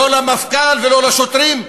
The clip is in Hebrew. לא למפכ"ל, ולא לשוטרים,